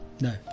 No